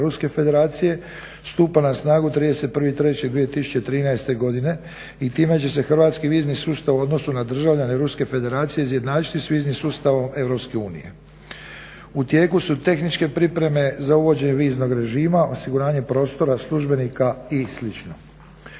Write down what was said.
hrvatski vizni sustav u odnosu na državljane Ruske Federacije izjednačiti sa viznim sustavom EU. U tijeku su tehničke pripreme za uvođenje viznog režima, osiguranje prostora službenika i